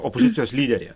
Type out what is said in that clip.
opozicijos lyderė